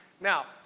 Now